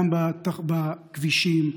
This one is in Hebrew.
גם בכבישים,